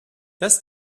das